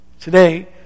Today